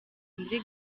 muri